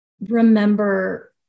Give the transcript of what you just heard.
remember